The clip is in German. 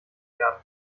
werden